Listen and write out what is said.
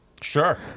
Sure